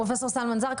פרופ' סלמאן זרקא,